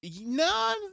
No